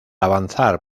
avanzar